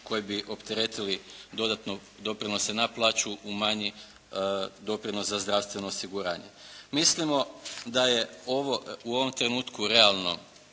koji bi opteretili dodatno doprinose na plaću umanji doprinos za zdravstveno osiguranje. Mislimo da je u ovom trenutku realno